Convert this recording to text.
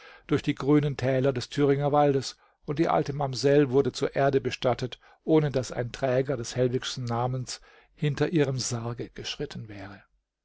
durch die grünen thäler des thüringer waldes und die alte mamsell wurde zur erde bestattet ohne daß ein träger des hellwigschen namens hinter ihrem sarge geschritten wäre